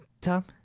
Tom